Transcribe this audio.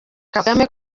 kagame